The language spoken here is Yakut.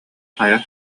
хайа